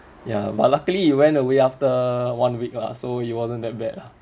ya but luckily it went away after one week lah so it wasn't that bad lah